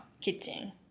kitchen